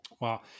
Wow